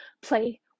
Play